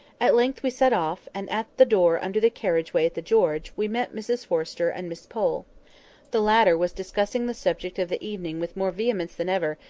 at length we set off and at the door under the carriage-way at the george, we met mrs forrester and miss pole the latter was discussing the subject of the evening with more vehemence than ever,